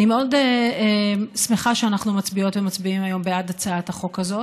אני מאוד שמחה שאנחנו מצביעות ומצביעים היום בעד הצעת החוק הזאת,